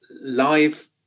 live